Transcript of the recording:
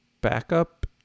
backup